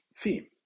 theme